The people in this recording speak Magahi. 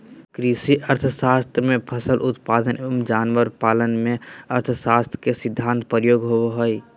कृषि अर्थशास्त्र में फसल उत्पादन एवं जानवर पालन में अर्थशास्त्र के सिद्धान्त प्रयोग होबो हइ